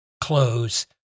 close